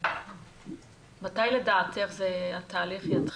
מתי לדעתך התהליך יתחיל?